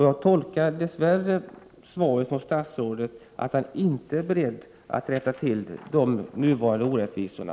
Jag tolkar dess värre svaret från statsrådet så att han inte är beredd att rätta till de nuvarande orättvisorna.